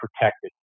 protected